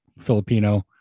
Filipino